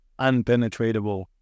unpenetratable